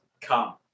come